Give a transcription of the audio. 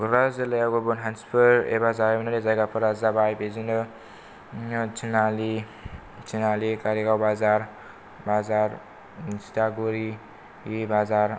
क'कराझार जिल्लायाव गुबुन हान्थिफोर एबा जारिमिनारि जायगाफोरा जाबाय बिदिनो तिनालि कारिगाव बाजार तितागुरि बाजार